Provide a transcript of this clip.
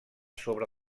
sobre